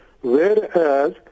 whereas